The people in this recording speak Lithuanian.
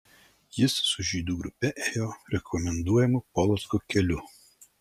jis su žydų grupe ėjo rekomenduojamu polocko keliu